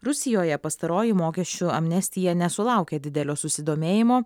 rusijoje pastaroji mokesčių amnestija nesulaukė didelio susidomėjimo